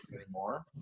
anymore